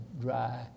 dry